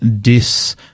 dis